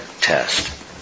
test